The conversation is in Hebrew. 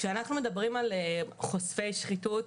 כשאנחנו מדברים על חושפי שחיתות